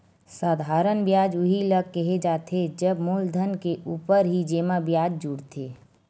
साधारन बियाज उही ल केहे जाथे जब मूलधन के ऊपर ही जेमा बियाज जुड़थे